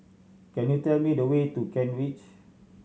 can you tell me the way to Kent Ridge